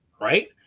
right